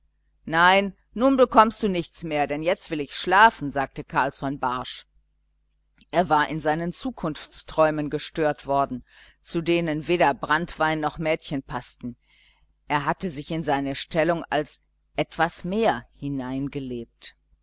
nein nun bekommst du nichts mehr denn jetzt will ich schlafen sagte carlsson barsch er war in seinen zukunftsträumen gestört worden zu denen weder branntwein noch mädchen paßten er hatte sich in seine stellung als etwas mehr hineingelebt